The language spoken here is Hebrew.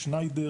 שניידר,